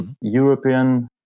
European